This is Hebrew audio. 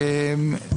(היו"ר טלי גוטליב, 10:20)